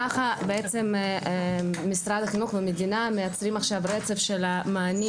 ככה בעצם משרד החינוך והמדינה מייצרים עכשיו רצף של מענים